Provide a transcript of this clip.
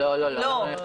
לא.